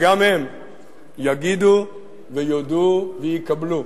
וגם הם יגידו ויודו ויקבלו